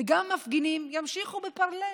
וגם המפגינים ימשיכו ב-parler,